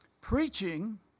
Preaching